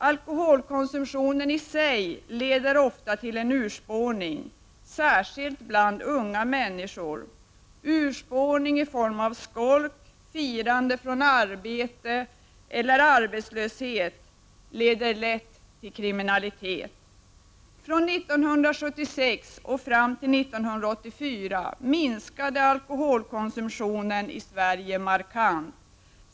Alkoholkonsumtionen i sig leder ofta till en urspårning, särskilt bland unga människor. Urspårning i form av skolk, firande från arbetet eller arbetslöshet, leder lätt till kriminalitet. Från 1976 och fram till 1984 minskade alkoholkonsumtionen i Sverige markant.